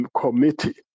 committee